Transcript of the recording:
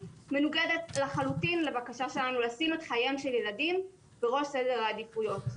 מנוגדת לחלוטין לבקשה שלנו לשים את חייהם של ילדים בראש סדר העדיפויות.